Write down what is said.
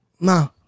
No